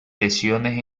lesiones